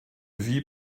vie